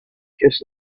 just